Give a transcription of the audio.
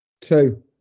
Two